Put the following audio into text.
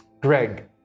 Greg